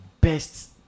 best